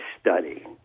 study